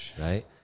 right